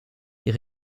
est